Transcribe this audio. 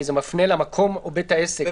כי זה מפנה למקום או לבית העסק.